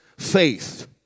faith